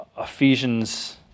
Ephesians